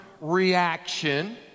reaction